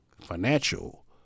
financial